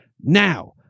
now